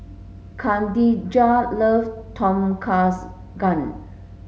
Khadijah love Tom Kha Gai